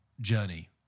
journey